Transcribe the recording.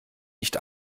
nicht